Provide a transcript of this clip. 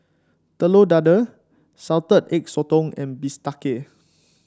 Telur Dadah Salted Egg Sotong and bistake